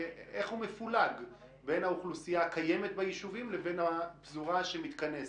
איך הוא מפולג בין האוכלוסייה הקיימת ביישובים לבין הפזורה שמתכנסת?